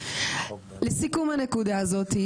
לסיכום הנקודה הזאת,